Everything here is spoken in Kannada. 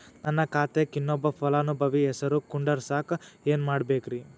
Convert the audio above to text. ನನ್ನ ಖಾತೆಕ್ ಇನ್ನೊಬ್ಬ ಫಲಾನುಭವಿ ಹೆಸರು ಕುಂಡರಸಾಕ ಏನ್ ಮಾಡ್ಬೇಕ್ರಿ?